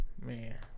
man